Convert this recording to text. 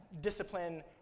discipline